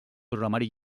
programari